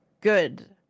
good